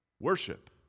Worship